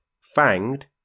fanged